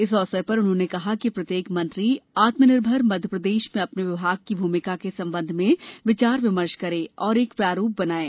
इस अवसर पर उन्होंने कहा कि प्रत्येक मंत्री आत्मनिर्भर मध्यप्रदेश में अपने विभाग की का भूमिका का के लिसंबंध कर्मेन विचार विमर्श करें और का एक प्रारूप के बनाएं